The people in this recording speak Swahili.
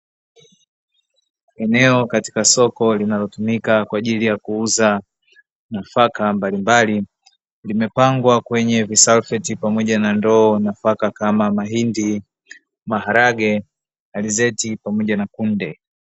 Eneo katika soko linalotumika kwa ajili ya kuuza nafaka mbalimbali, limepangwa kwenye visalufeti pamoja na ndoo, nafaka kama mahindi, maharage, alizeti pamoja na kunde.